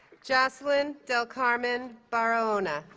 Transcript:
josselyn del carmen barahona